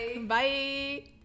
Bye